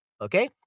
Okay